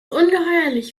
ungeheuerlich